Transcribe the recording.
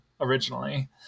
originally